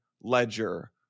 Ledger